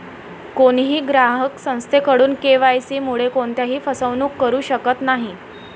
कोणीही ग्राहक संस्थेकडून के.वाय.सी मुळे कोणत्याही फसवणूक करू शकत नाही